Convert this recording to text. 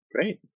great